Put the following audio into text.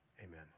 Amen